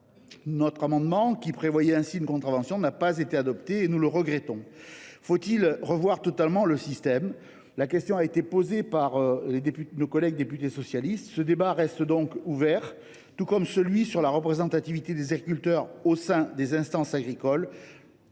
Notre amendement visant à prévoir une contravention n’a pas été adopté, et nous le regrettons. Faut il revoir totalement le système ? La question a été posée par les députés socialistes. Le débat reste donc ouvert, tout comme celui sur la représentativité des agriculteurs au sein des instances agricoles,